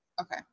Okay